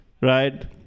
right